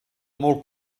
molt